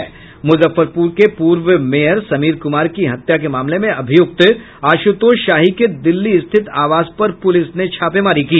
मुजफ्फरपुर के पूर्व मेयर समीर कुमार की हत्या के मामले में अभियुक्त आशुतोष शाही के दिल्ली स्थित आवास पर पुलिस ने छापेमारी की